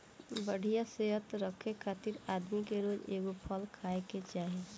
बढ़िया सेहत रखे खातिर आदमी के रोज एगो फल खाए के चाही